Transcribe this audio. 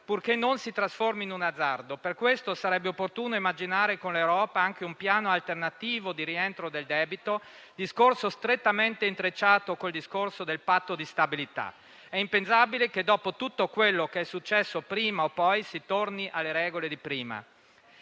purché non si trasformi in un azzardo. Per questo motivo, sarebbe opportuno immaginare con l'Europa anche un piano alternativo di rientro dal debito (discorso, questo, strettamente intrecciato con quello sul Patto di stabilità). È impensabile che, dopo tutto quello che è successo, prima o poi si torni alle regole esistenti,